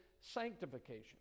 sanctification